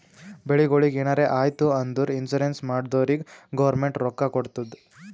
ಬೆಳಿಗೊಳಿಗ್ ಎನಾರೇ ಆಯ್ತು ಅಂದುರ್ ಇನ್ಸೂರೆನ್ಸ್ ಮಾಡ್ದೊರಿಗ್ ಗೌರ್ಮೆಂಟ್ ರೊಕ್ಕಾ ಕೊಡ್ತುದ್